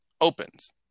opens